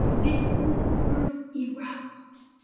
this old earth erupts.